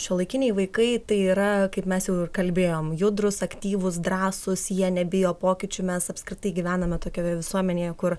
šiuolaikiniai vaikai tai yra kaip mes jau kalbėjom judrūs aktyvūs drąsūs jie nebijo pokyčių mes apskritai gyvename tokioje visuomenėje kur